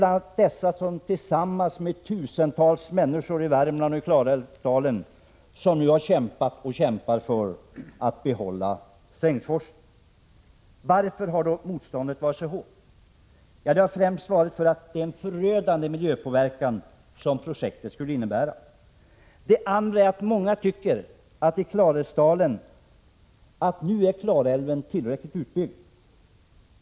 De har tillsammans med tusentals människor i Klarälvsdalen och i övriga Värmland kämpat och kämpar för att behålla Strängsforsen. Varför har då motståndet varit så hårt? Den främsta anledningen är den förödande miljöpåverkan som projektet skulle innebära. Många tycker också att Klarälven i dag är tillräckligt utbyggd.